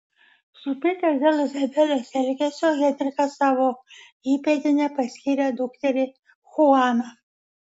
supykęs dėl izabelės elgesio henrikas savo įpėdine paskyrė dukterį chuaną